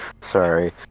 Sorry